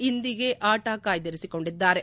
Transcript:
ಇಂದಿಗೆ ಆಟ ಕಾಯ್ದಿರಿಸಿಕೊಂಡಿದ್ದಾರೆ